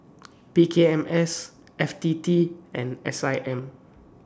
P K M S F T T and S I M